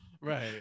Right